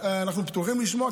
אנחנו פתוחים לשמוע,